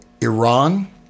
Iran